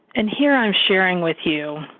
and here i am sharing with you